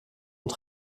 und